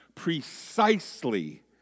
precisely